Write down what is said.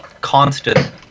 constant